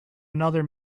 another